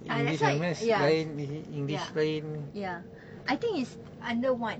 ah that's why yes ya ya I think is under one